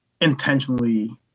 intentionally